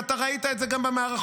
ואתה ראית את זה גם במערכות,